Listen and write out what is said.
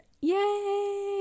yay